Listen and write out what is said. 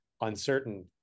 uncertain